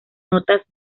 notas